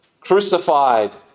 Crucified